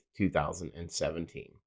2017